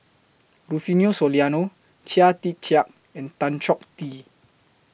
Rufino Soliano Chia Tee Chiak and Tan Chong Tee